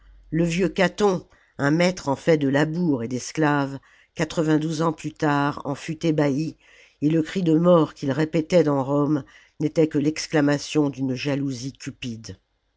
le vieux caton un maître en fait de labours et d'esclaves quatre-vingt-douze ans plus tard en fut ébahi et le cri de mort qu'il répétait dans rome n'était que l'exclamation d'une jalousie cupide